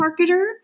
marketer